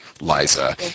Liza